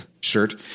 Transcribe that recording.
shirt